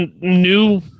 new